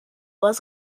was